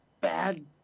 bad